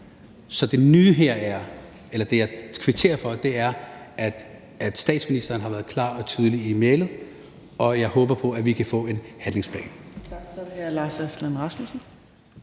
handlingsplaner, så det, jeg kvitterer for, er, at statsministeren har været klar og tydelig i mælet, og jeg håber på, at vi kan få en handlingsplan.